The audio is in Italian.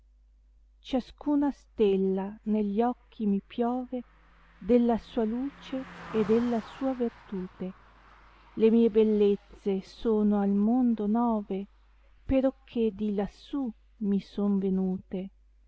giascana stella negli occhi mi piove della sua luce e della sua vertute le mie bellezze sono al mondo nove perocché di lassù mi son venute